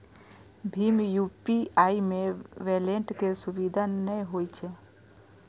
भीम UPI मे wallet के सुविधा नै होइ छै